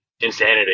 insanity